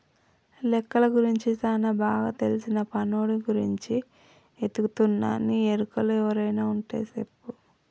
లెక్కలు గురించి సానా బాగా తెల్సిన పనోడి గురించి ఎతుకుతున్నా నీ ఎరుకలో ఎవరైనా వుంటే సెప్పు